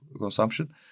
consumption